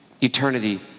eternity